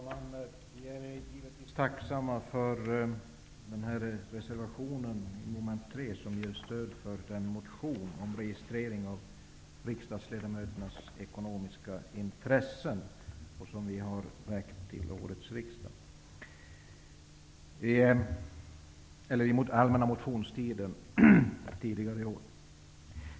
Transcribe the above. Fru talman! Vi är givetsvis tacksamma för den reservation, under mom. 3 i utskottets hemställan som stöder den motion om registrering av riksdagsledamöternas ekonomiska intressen som vi har väckt under den allmänna motionstiden tidigare i år.